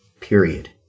period